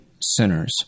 sinners